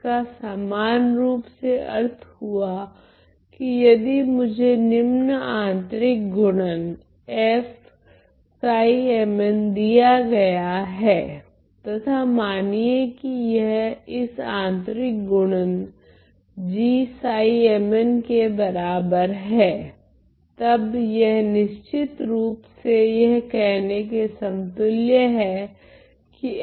इसका समानरूप से अर्थ हुआ कि यदि मुझे निम्न आंतरिक गुणन f दिया गया हे तथा मानिए कि यह इस आंतरिक गुणन g के बराबर है तब यह निश्चित रूप से यह कहने के समतुल्य है कि f g के तुल्य हैं